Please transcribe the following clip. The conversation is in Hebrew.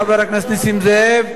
תודה לחבר הכנסת נסים זאב.